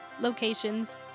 locations